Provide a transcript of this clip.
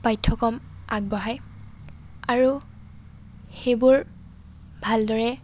পাঠ্যক্ৰম আগবঢ়ায় আৰু সেইবোৰ ভালদৰে